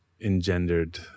engendered